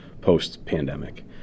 post-pandemic